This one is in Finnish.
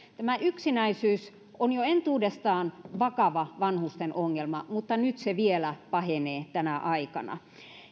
tämä yksinäisyys on jo entuudestaan vakava vanhusten ongelma mutta nyt se vielä pahenee tänä aikana